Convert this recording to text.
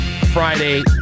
Friday